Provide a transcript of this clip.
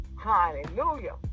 hallelujah